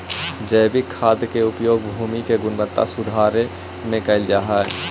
जैविक खाद के उपयोग भूमि के गुणवत्ता सुधारे में कैल जा हई